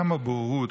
כמה בורות,